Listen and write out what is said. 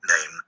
name